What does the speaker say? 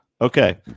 okay